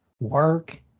work